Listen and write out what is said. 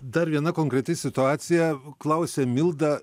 dar viena konkreti situacija klausia milda